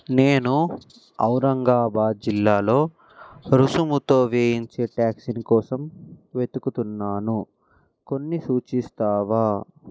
నేను ఔరంగాబాద్ జిల్లాలో రుసుముతో వేయించే టాక్సిన్ కోసం వెతుకుతున్నాను కొన్నిసూచిస్తావా